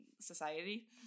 society